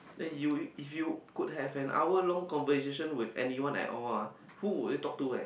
eh you if you could have an hour long conversation with anyone at all ah who would you talk to eh